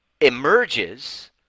emerges